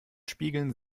spiegeln